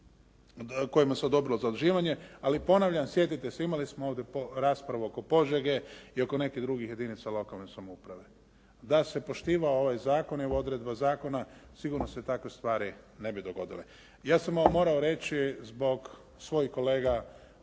kojima se odobrilo zaduživanje. Ali ponavljam, sjetite se imali smo ovdje raspravu oko Požege i oko nekih drugih jedinica lokalne samouprave. Da se poštivao ovaj zakon i ove odredbe zakona sigurno se takve stvari ne bi dogodile. Ja sam ovo morao reći zbog svojih kolega